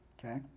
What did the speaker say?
Okay